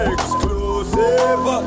Exclusive